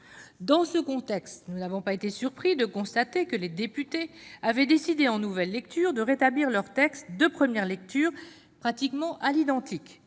Dans ce contexte, nous n'avons pas été surpris de constater que nos collègues députés avaient décidé, en nouvelle lecture, de rétablir leur texte de première lecture presque à l'identique.